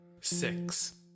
six